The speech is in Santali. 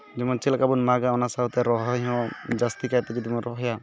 ᱡᱮᱢᱚᱱ ᱪᱮᱫᱞᱮᱠᱟ ᱵᱚᱱ ᱢᱟᱜᱟ ᱚᱱᱟ ᱥᱟᱶᱛᱮ ᱨᱚᱦᱚᱭ ᱦᱚᱸ ᱡᱟᱹᱥᱛᱤ ᱠᱟᱭᱛᱮ ᱡᱩᱫᱤ ᱵᱚᱱ ᱨᱚᱦᱚᱭᱟ